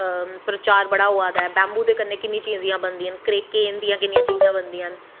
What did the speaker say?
प्रचार बड़ा होआ दा ऐ बैंम्बू दे कन्नैं किन्नियां चीज़ां बनदियां न केंन दियां किन्नियां चीज़ां बनदियां न